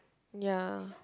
ya